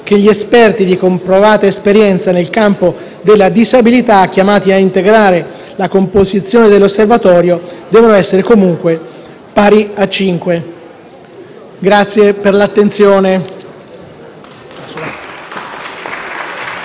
che gli esperti di comprovata esperienza nel campo della disabilità chiamati a integrare la composizione dell'Osservatorio devono essere comunque pari a cinque.